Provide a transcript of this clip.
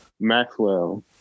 Maxwell